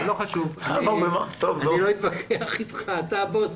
לא חשוב, אני לא אתווכח אתך, אתה הבוס